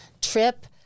trip